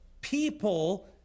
people